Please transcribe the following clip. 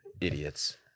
Idiots